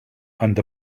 and